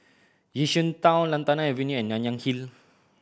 Yishun Town Lantana Avenue and Nanyang Hill